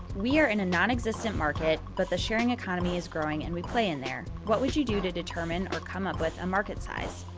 we are in a nonexistent market, but the sharing economy is growing, and we play in there. what would you do to determine or come up with a market size?